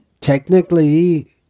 technically